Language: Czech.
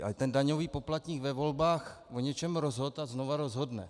Ale ten daňový poplatník ve volbách o něčem rozhodl a znova rozhodne.